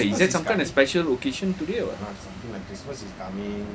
ya I know but w~ why is there some kind of special occasion today or what